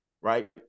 right